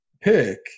pick